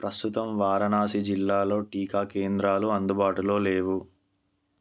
ప్రస్తుతం వారణాసి జిల్లాలో టీకా కేంద్రాలు అందుబాటులో లేవు